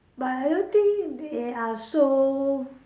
but I don't think they are so